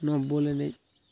ᱱᱚᱣᱟ ᱵᱚᱞ ᱮᱱᱮᱡ